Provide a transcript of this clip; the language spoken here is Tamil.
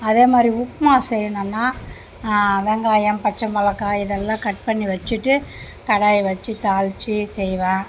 அதே மாதிரி உப்மா செய்ணுன்னா வெங்காயம் பச்சைமிளகாய் இதெல்லாம் கட் பண்ணி வச்சிட்டு கடாயை வச்சி தாளிச்சி செய்வேன்